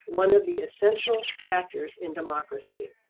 one of the essential factors in democracy.